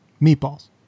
Meatballs